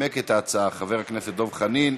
ינמק את ההצעה חבר הכנסת דב חנין.